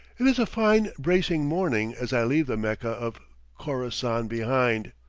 it is a fine bracing morning as i leave the mecca of khorassan behind,